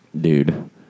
dude